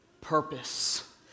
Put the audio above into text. purpose